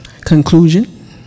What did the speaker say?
Conclusion